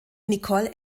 nicole